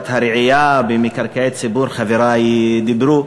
הרעייה במקרקעי ציבור חברי דיברו,